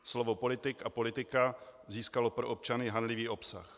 Slovo politik a politika získalo pro občany hanlivý obsah.